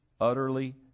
utterly